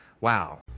Wow